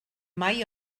mai